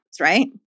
right